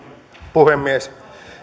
puhemies